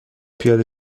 پیاده